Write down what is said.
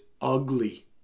ugly